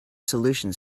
solution